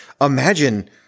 Imagine